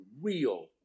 real